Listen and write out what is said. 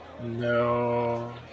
No